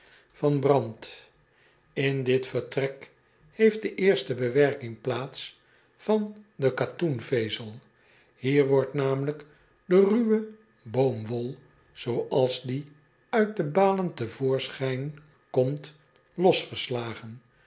van brand n dit vertrek heeft de eerste bewerking plaats van de katoenvezel hier wordt namelijk de ruwe boomwol zooals die uit de balen